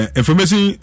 information